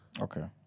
okay